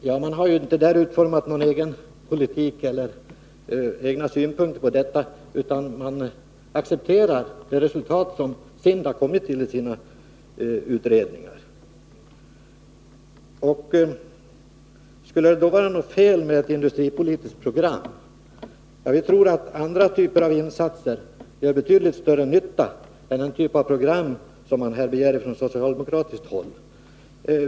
Ja, man har ju där inte utformat någon egen politik eller några egna synpunkter på denna utveckling, utan man accepterar de slutsatser som SIND har kommit fram till i sina utredningar. Skulle det då vara något fel med ett industripolitiskt program? Ja, vi tror att andra typer av insatser gör betydligt större nytta än den typ av program som man här begär på socialdemokratiskt håll.